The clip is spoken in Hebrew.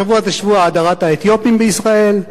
השבוע זה שבוע הדרת האתיופים בישראל,